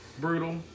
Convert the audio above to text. Brutal